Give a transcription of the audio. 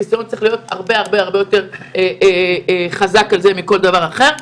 החיסיון צריך להיות הרבה יותר חזק על זה מכל דבר אחר.